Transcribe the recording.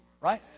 right